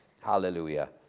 hallelujah